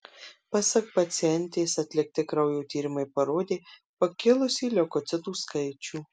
pasak pacientės atlikti kraujo tyrimai parodė pakilusį leukocitų skaičių